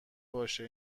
باشه